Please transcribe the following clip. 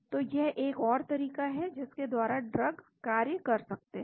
तो यह एक और तरीका है जिसके द्वारा ड्रग्स कार्य कर सकते हैं